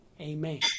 Amen